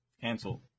cancel